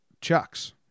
chucks